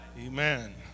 Amen